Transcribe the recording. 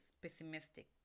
pessimistic